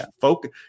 focus